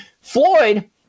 Floyd